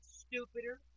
stupider